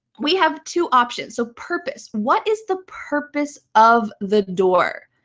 we have two options. so purpose. what is the purpose of the door?